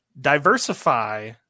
diversify